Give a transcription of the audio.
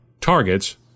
targets